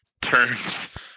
turns